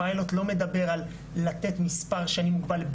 הפיילוט לא מדבר על לתת מס' שנים מוגבל,